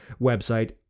website